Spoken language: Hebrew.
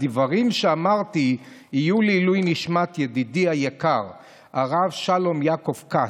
הדברים שאמרתי יהיו לעילוי נשמת ידידי היקר הרב שלום יעקב כץ,